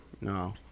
No